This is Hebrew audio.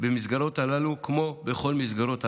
במסגרות הללו, כמו בכל מסגרות הרווחה.